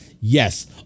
yes